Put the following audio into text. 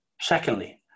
Secondly